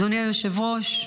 אדוני היושב-ראש,